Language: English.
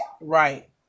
Right